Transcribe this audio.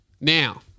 now